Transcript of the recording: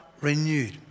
renewed